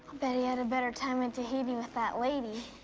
bet he had a better time in tahiti with that lady.